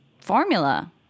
formula